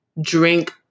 drink